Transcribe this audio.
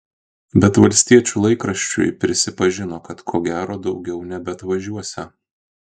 bet valstiečių laikraščiui prisipažino kad ko gero daugiau nebeatvažiuosią